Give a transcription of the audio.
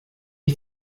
ich